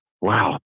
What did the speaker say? Wow